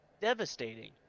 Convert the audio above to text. devastating